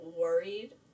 worried